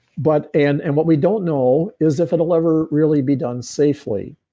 but and and what we don't know is if it will ever really be done safely.